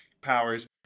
powers